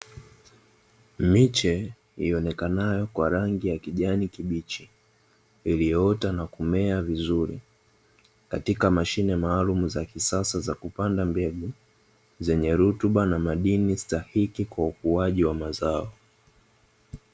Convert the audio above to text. Miche ionekanayo kwa rangi ya kijani kibichi iliyoota na kumea vizuri, katika mashine maalumu za kisasa zakupanda mbegu zenye rutuba madini stahiki za ukuaji wa mazao.